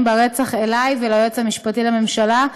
ברצח אלי ואל היועץ המשפטי לממשלה,